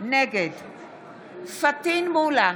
נגד פטין מולא,